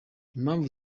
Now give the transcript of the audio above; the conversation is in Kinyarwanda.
impamvu